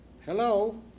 Hello